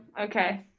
Okay